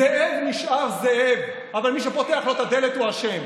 זאב נשאר זאב, אבל מי שפותח לו את הדלת, הוא אשם.